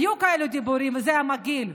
היו כאלה דיבורים, וזה היה מגעיל.